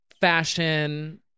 Fashion